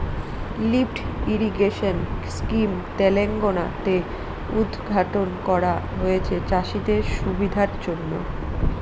lift irrigation scheme Telangana তে উদ্ঘাটন করা হয়েছে চাষীদের সুবিধার জন্য